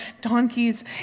donkeys